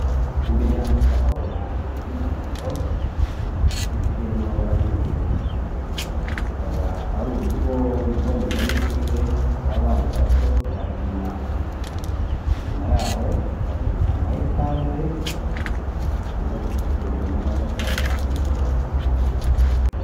Imbere yanjye ndahabona inzu y'umuhondo ifite n'amabara y'ubururu, ikaba ari urugo mbonezamikurire y'abana bato ba byimana, inyuma yaho hari ama etaje yubatse n'amatafari ahiye menshi.